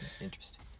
Interesting